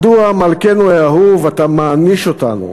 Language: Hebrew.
מדוע, מלכנו האהוב, אתה מעניש אותנו?